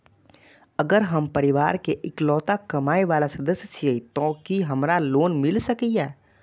अगर हम परिवार के इकलौता कमाय वाला सदस्य छियै त की हमरा लोन मिल सकीए?